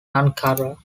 ankara